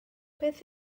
beth